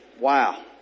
Wow